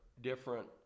different